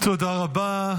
תודה רבה.